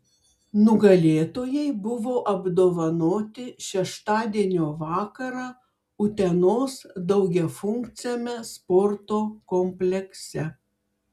nugalėtojai buvo apdovanoti šeštadienio vakarą utenos daugiafunkciame sporto komplekse